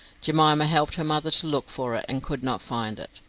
jemima helped her mother to look for it, and could not find it.